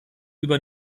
über